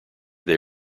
they